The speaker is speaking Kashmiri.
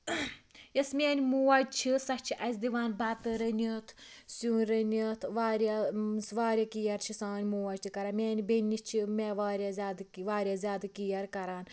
یۄس میٲنٛۍ موج چھِ سۄ چھِ اَسہِ دِوان بَتہٕ رٔنِتھ سیُن رٔنِتھ واریاہ واریاہ کِیَر چھِ سٲنٛۍ موج تہِ کَران میانہِ بیٚنہِ چھِ مےٚ واریاہ زیادٕ واریاہ زیادٕ کِیَر کَران